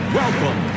welcome